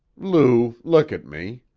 lou, look at me!